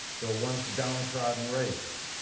though once downtrodden race.